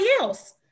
else